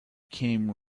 came